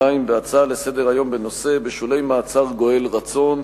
ובהצעה לסדר-היום בנושא: בשולי מעצר גואל רצון,